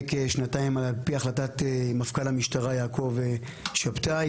כשנתיים על-פי החלטת מפכ"ל המשטרה יעקב שבתאי.